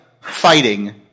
fighting